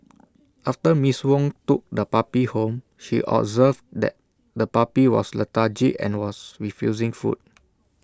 after miss Wong took the puppy home she observed that the puppy was lethargic and was refusing food